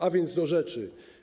A więc do rzeczy.